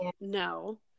no